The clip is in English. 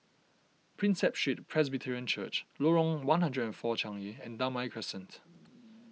Prinsep Street Presbyterian Church Lorong one hundred and four Changi and Damai Crescent